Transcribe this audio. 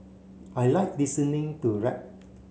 I like listening to rap